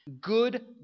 Good